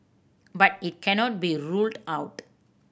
but it cannot be ruled out